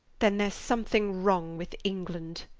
then there's something wrong with england.